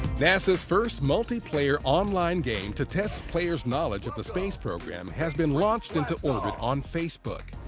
nasa's first multi-player online game to test players' knowledge of the space program has been launched into orbit on facebook.